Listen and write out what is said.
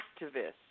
activists